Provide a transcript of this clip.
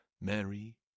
Mary